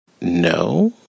No